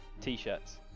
T-shirts